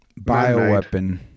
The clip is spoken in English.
bioweapon